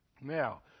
Now